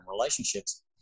relationships